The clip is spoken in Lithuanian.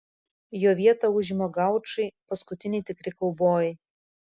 jo vietą užima gaučai paskutiniai tikri kaubojai